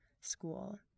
school